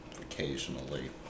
Occasionally